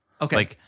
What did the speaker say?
Okay